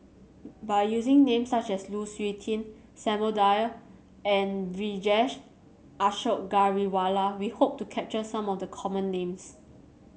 by using names such as Lu Suitin Samuel Dyer and Vijesh Ashok Ghariwala we hope to capture some of the common names